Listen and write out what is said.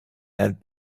and